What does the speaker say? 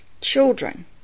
children